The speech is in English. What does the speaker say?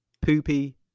Poopy